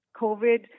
COVID